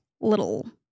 little